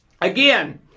again